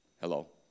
Hello